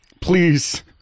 Please